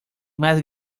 más